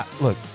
look